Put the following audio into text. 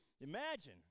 imagine